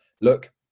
look